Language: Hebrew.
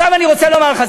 עכשיו אני רוצה לומר לך,